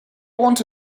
want